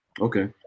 Okay